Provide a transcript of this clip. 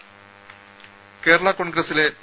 രമേ കേരളാ കോൺഗ്രസിലെ പി